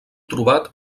trobat